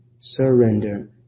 surrender